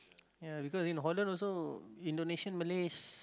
ya because in Holland also Indonesian Malays